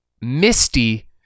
Misty